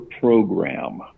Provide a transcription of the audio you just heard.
program